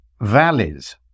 valleys